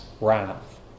wrath